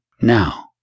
Now